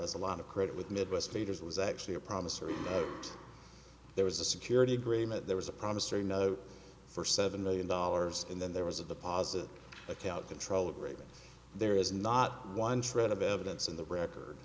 as a lot of credit with midwest traders it was actually a promissory note there was a security agreement there was a promissory note for seven million dollars and then there was a deposit account control agreement there is not one shred of evidence in the record